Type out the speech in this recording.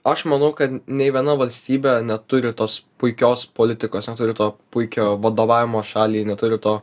aš manau kad nei viena valstybė neturi tos puikios politikos neturi to puikiojo vadovavimo šaliai neturi to